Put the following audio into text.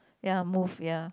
ya move ya